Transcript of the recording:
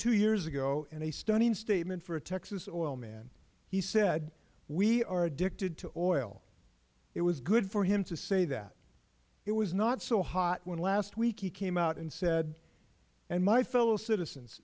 two years ago in a stunning statement for a texas oilman he said we are addicted to oil it was good for him to say that it was not so hot when last week he came out and said and my fellow citizens